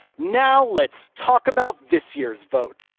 now, let's talk about this year's vote.